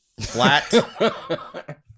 flat